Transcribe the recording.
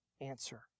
answer